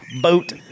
boat